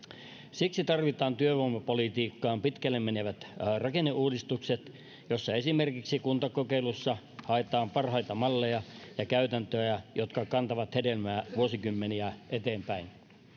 siksi tarvitaan työvoimapolitiikkaan pitkälle menevät rakenneuudistukset joissa esimerkiksi kuntakokeilussa haetaan parhaita malleja ja käytäntöjä jotka kantavat hedelmää vuosikymmeniä eteenpäin